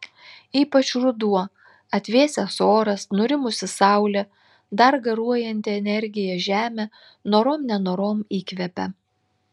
ypač ruduo atvėsęs oras nurimusi saulė dar garuojanti energija žemė norom nenorom įkvepia